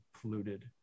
polluted